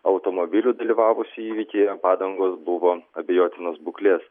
automobilių dalyvavusių įvykyje padangos buvo abejotinos būklės